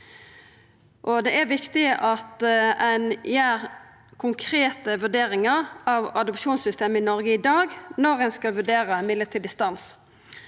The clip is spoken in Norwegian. Det er viktig at ein gjer konkrete vurderingar av adopsjonssystemet i Noreg i dag når ein skal vurdera ein mellombels stans.